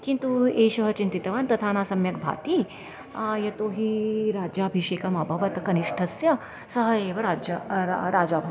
किन्तु एषः चिन्तितवान् तथा न सम्यक् भाति यतोहि राज्याभिषेकम् अभवत् कनिष्ठस्य सः एव राज्य राजा